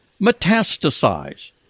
metastasize